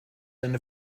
eine